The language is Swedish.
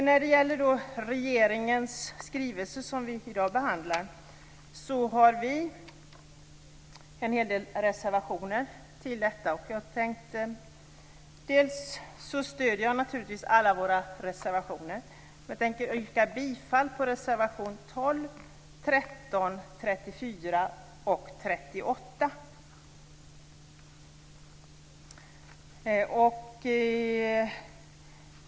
När det gäller regeringens skrivelse som vi i dag behandlar har vi avgivit en hel del reservationer. Jag stöder alla våra reservationer, men jag yrkar bifall endast till reservationerna 12, 13, 34 och 38.